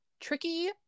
tricky